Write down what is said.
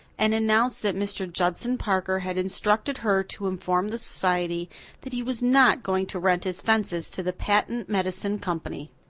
and announced that mr. judson parker had instructed her to inform the society that he was not going to rent his fences to the patent medicine company.